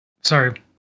sorry